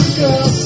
girl